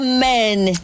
Amen